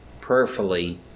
prayerfully